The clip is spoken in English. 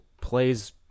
plays